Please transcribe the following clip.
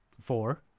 four